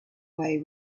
way